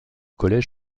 collège